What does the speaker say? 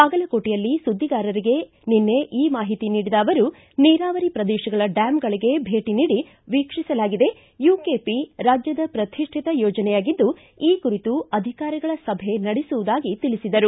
ಬಾಗಲಕೋಟೆಯಲ್ಲಿ ಸುದ್ದಿಗಾರರಿಗೆ ನಿನ್ನೆ ಈ ಮಾಹಿತಿ ನೀಡಿದ ಅವರು ನೀರಾವರಿ ಪ್ರದೇಶಗಳ ಡ್ಯಾಂಗಳಿಗೆ ಭೇಟಿ ನೀಡಿ ವೀಕ್ಷಿಸಲಾಗಿದೆ ಯುಕೆಪಿ ರಾಜ್ಯದ ಪ್ರತಿಷ್ಠಿತ ಯೋಜನೆಯಾಗಿದ್ದು ಈ ಕುರಿತು ಅಧಿಕಾರಿಗಳ ಸಭೆ ನಡೆಸುವುದಾಗಿ ತಿಳಿಸಿದರು